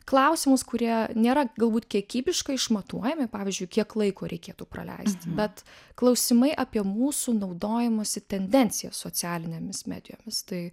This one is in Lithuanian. klausimus kurie nėra galbūt kiekybiškai išmatuojami pavyzdžiui kiek laiko reikėtų praleisti bet klausimai apie mūsų naudojimosi tendencijas socialinėmis medijomis tai